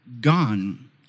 gone